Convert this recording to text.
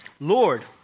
Lord